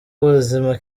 ubuzima